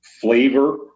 flavor